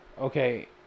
Okay